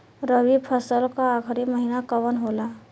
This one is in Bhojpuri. रवि फसल क आखरी महीना कवन होला?